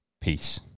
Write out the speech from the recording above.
Peace